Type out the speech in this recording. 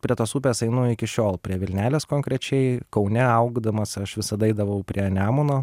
prie tos upės einu iki šiol prie vilnelės konkrečiai kaune augdamas aš visada eidavau prie nemuno